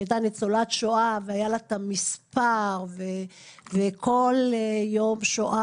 שהייתה ניצולת שואה והיה לה את המספר ובכל יום שואה,